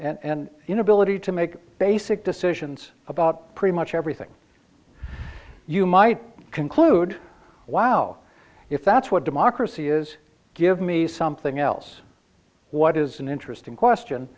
inability to make basic decisions about pretty much everything you might conclude wow if that's what democracy is give me something else what is an interesting question